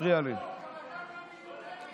יום טוב,